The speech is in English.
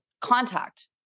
contact